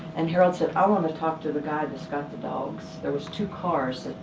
and harold said, i wanna talk to the guy that's got the dogs. there was two cars,